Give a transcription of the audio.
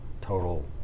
total